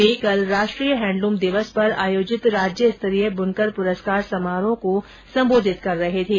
वे कल राष्ट्रीय हैण्डलूम दिवस पर आयोजित राज्य स्तरीय बुनकर पुरस्कार समारोह को संबोधित कर रहे थे